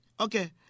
Okay